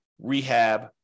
rehab